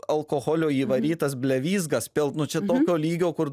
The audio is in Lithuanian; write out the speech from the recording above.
alkoholio įvarytas blevyzgas pilt nu čia tokio lygio kur